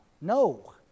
No